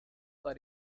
that